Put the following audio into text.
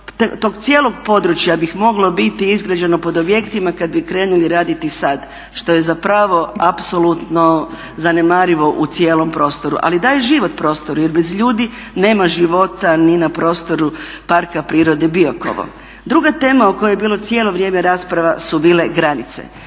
tog cijelog područja bi moglo biti izgrađeno pod objektima kad bi krenuli raditi sad. Što je zapravo apsolutno zanemarivo u cijelom prostoru. Ali daje život prostoru jer bez ljudi nema života ni na prostoru Parka prirode Biokovo. Druga tema o kojoj je bila cijelo vrijeme rasprava su bile granice.